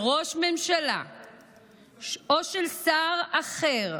של ראש הממשלה או של שר אחר